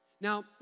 Now